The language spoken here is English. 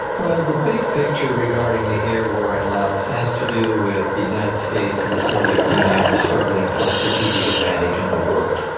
well, the big picture regarding the air war in laos has to do with the united states and the soviet union struggling for strategic advantage in the world.